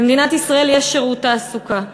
למדינת ישראל יש שירות תעסוקה,